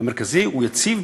המרכזי הוא יציב,